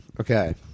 Okay